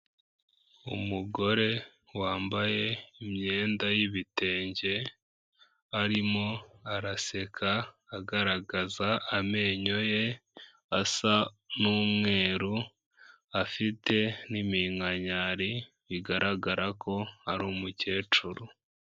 Umugore wambaye imyenda y'ibitenge arimo araseka agaragaza amenyo ye asa n'umweru, afite n'iminkanyari bigaragara ko ari umukecuru.